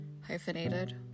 hyphenated